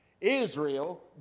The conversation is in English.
Israel